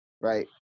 right